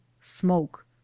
smoke